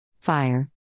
Fire